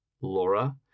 Laura